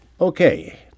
Okay